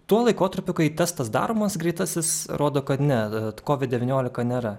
tuo laikotarpiu kai testas daromas greitasis rodo kad ne kovid devyniolika nėra